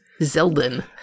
Zeldin